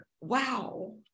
Wow